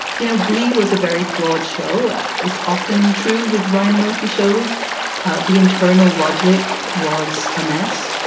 you know, glee was a very flawed show. it's often true with ryan murphy shows the internal logic was a mess.